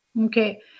Okay